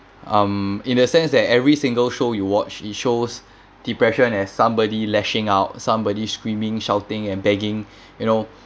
um in a sense that every single show you watch is shows depression as somebody lashing out somebody screaming shouting and begging you know